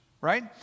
right